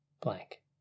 blank